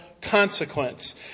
consequence